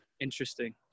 Interesting